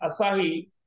Asahi